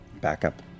backup